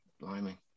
blimey